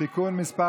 (תיקון מס'